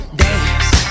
dance